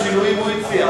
את השינויים הוא הציע,